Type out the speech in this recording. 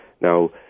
Now